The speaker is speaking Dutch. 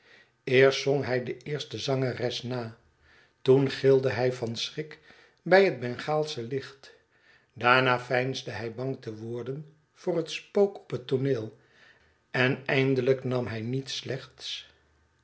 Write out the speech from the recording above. eerst zong hij de eerste zangeres na toen gilde hij van schrik bij het bengaalsche licht daarna veinsde hij bang te worden voor het spook op het tooneel en eindehjk nam hij niet slechts